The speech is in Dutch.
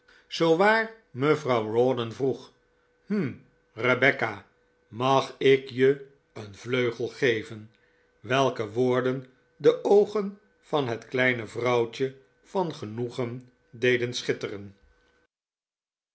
zoowaar mevrouw rawdon vroeg hm rebecca mag ik je een vleugel geven welke woorden de oogen van het kleine vrouwtje van genoegen deden schitteren